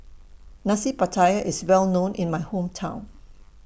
Nasi Pattaya IS Well known in My Hometown